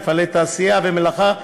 מפעלי תעשייה ומלאכה,